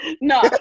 No